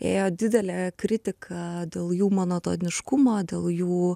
ėjo didelė kritika dėl jų monotoniškumo dėl jų